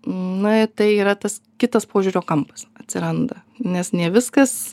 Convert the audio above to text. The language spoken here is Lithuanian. na tai yra tas kitas požiūrio kampas atsiranda nes ne viskas